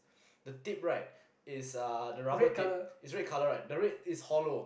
the tip right is uh the rubber tip is red colour right the red is hollow